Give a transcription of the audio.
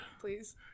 please